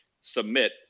submit